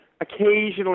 occasionally